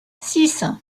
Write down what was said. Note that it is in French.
six